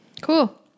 Cool